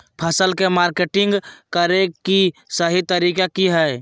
फसल के मार्केटिंग करें कि सही तरीका की हय?